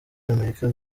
y’amerika